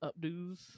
updos